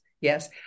Yes